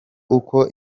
uko